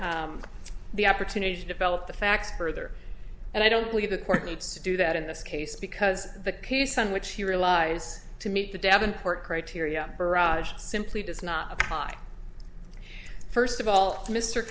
for the opportunity to develop the facts further and i don't believe the court needs to do that in this case because the case on which he relies to meet the devonport criteria barrage simply does not apply first of all